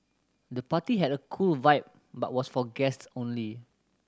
the party had a cool vibe but was for guests only